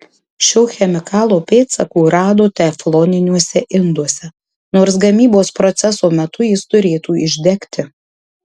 šio chemikalo pėdsakų rado tefloniniuose induose nors gamybos proceso metu jis turėtų išdegti